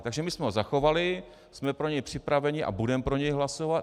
Takže my jsme ho zachovali, jsme pro něj připraveni a budeme pro něj hlasovat.